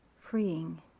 freeing